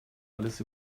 alles